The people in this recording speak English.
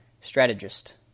Strategist